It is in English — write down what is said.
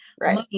right